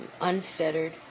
unfettered